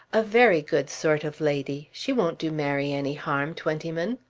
a very good sort of lady. she won't do mary any harm, twentyman.